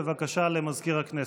בבקשה, למזכיר הכנסת.